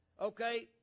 okay